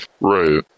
Right